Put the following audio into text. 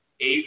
eight